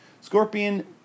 Scorpion